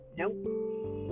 nope